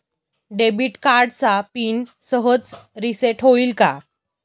Debit कार्डचा pin सहज reset होईल का?